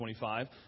25